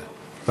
רוצה.